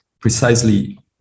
precisely